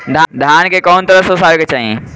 धान के कउन तरह से ओसावे के चाही?